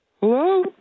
Hello